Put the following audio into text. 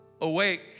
awake